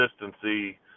consistency